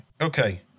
Okay